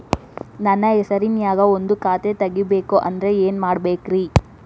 ನನ್ನ ಹೆಸರನ್ಯಾಗ ಒಂದು ಖಾತೆ ತೆಗಿಬೇಕ ಅಂದ್ರ ಏನ್ ಮಾಡಬೇಕ್ರಿ?